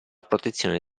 protezione